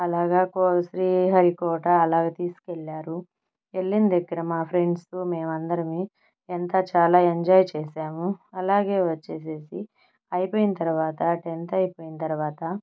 అలాగా కో శ్రీ హరికోట అలాగా తీసుకెళ్ళారు వెళ్ళిన దగ్గర మా ఫ్రెండ్స్తో మేమందరము ఎంత చాలా ఎంజాయ్ చేసాము అలాగే వచ్చేసేసి అయిపోయిన తర్వాత టెన్త్ అయిపోయిన తర్వాత